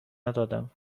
ندادم